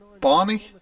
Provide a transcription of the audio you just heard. Barney